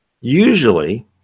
Usually